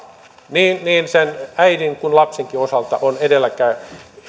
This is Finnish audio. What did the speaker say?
niin sen äidin kuin lapsenkin osalta on edellä